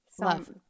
Love